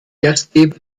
gastgeber